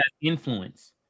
influence